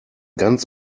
ganz